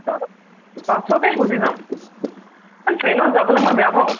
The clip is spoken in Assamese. বাছতে গুচি যাম ট্ৰেইনত যাবলৈ মই বেয়া পাওঁ